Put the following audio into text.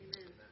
Amen